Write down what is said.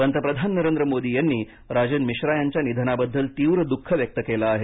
पंतप्रधान नरेंद्र मोदी यांनी राजन मिश्रा यांच्या निधनाबद्दल तीव्र द्ख व्यक्त केलं आहे